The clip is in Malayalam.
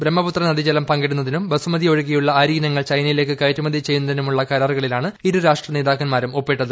ബ്രഹ്മപുത്ര നദീജലം പങ്കിടുന്നതിനും ബിസ്റ്റുമതി ഒഴികെയുള്ള അരിഇനങ്ങൾ ചൈനയിലേക്ക് കയറ്റുമതി ചെയ്യുന്നതിനുമുള്ള കരാറുകളിലാണ് ഇരുരാഷ്ട്ര നേതാക്കന്മാരും ഒപ്പിട്ടത്